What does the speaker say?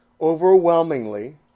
overwhelmingly